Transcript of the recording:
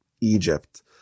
Egypt